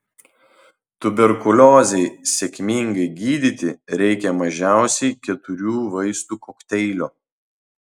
tuberkuliozei sėkmingai gydyti reikia mažiausiai keturių vaistų kokteilio